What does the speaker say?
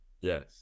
Yes